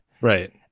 Right